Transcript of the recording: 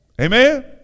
Amen